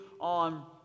on